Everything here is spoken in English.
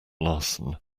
larsen